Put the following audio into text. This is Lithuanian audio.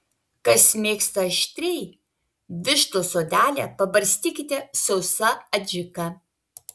kas mėgsta aštriai vištos odelę pabarstykite sausa adžika